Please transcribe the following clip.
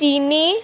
তিনি